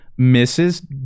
Mrs